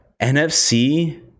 NFC